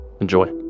Enjoy